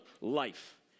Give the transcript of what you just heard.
life